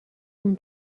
اون